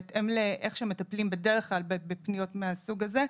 בהתאם לאיך שמטפלים בדרך כלל בפניות מהסוג הזה,